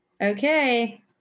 Okay